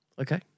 Okay